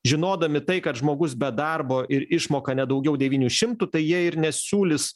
žinodami tai kad žmogus be darbo ir išmoka ne daugiau devynių šimtų tai jie ir nesiūlys